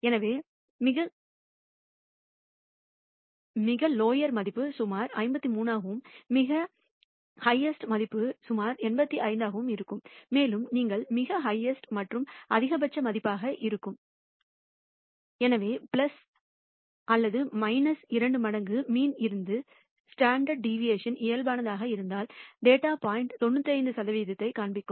எனவே மிகக் லோயர் மதிப்பு சுமார் 53 ஆகவும் மிக ஹஃஹ்ஸ்ட்டு மதிப்பு சுமார் 85 ஆகவும் இருக்கும் மேலும் நீங்கள் மிக ஹஃஹ்ஸ்ட்டு மற்றும் அதிகபட்ச மதிப்பாக இருக்கும் எனவே அல்லது 2 மடங்கு மீன் இருந்து ஸ்டாண்டர்ட் டிவியேஷன் இயல்பானதாக இருந்தால் டேட்டா பாயின்ட் 95 சதவீதத்தை காண்பிக்கும்